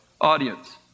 audience